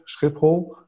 Schiphol